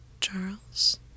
Charles